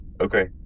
Okay